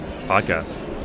podcasts